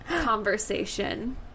conversation